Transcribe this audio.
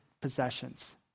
possessions